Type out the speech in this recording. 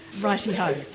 Righty-ho